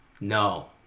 No